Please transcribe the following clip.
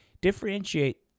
differentiate